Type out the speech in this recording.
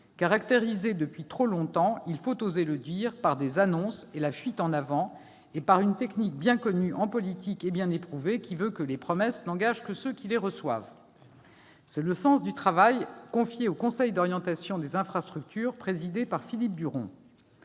caractérisé depuis trop longtemps, il faut oser le dire, par les annonces et la fuite en avant, et par une technique bien connue en politique et bien éprouvée, qui veut que les promesses n'engagent que ceux qui les reçoivent ». C'est le sens du travail confié au Conseil d'orientation des infrastructures, présidé par Philippe Duron.